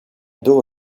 było